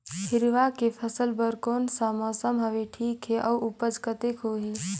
हिरवा के फसल बर कोन सा मौसम हवे ठीक हे अउर ऊपज कतेक होही?